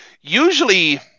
usually